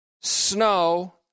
snow